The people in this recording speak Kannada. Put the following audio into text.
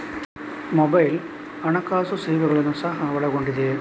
ಮೊಬೈಲ್ ಹಣಕಾಸು ಸೇವೆಗಳನ್ನು ಸಹ ಒಳಗೊಂಡಿದೆ